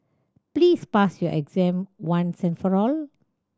please pass your exam once and for all